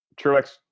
Truex